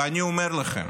ואני אומר לכם,